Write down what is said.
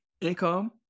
income